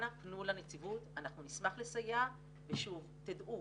אנא פנו לנציבות, אנחנו נשמח לסייע, ושוב, תדעו